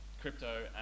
crypto